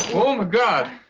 oh, my god.